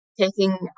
taking